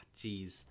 jeez